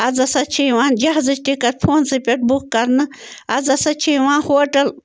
آز ہسا چھِ یِوان جہازٕچ ٹِکَٹ فونسٕے پٮ۪ٹھ بُک کرنہٕ آز ہسا چھِ یِوان ہوٹَل